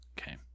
Okay